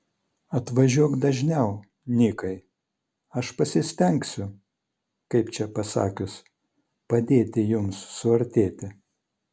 atvažiuok dažniau nikai aš pasistengsiu kaip čia pasakius padėti jums suartėti